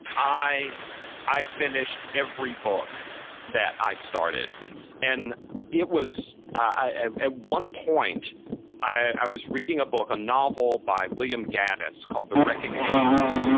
i i finished every book that i started and it was at one point i was reading a book, a novel by william gaddis called the recognitions.